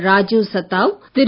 Rajiv Satav Thiru